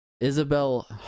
Isabel